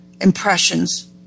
impressions